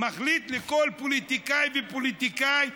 מחליט לכל פוליטיקאי ופוליטיקאי,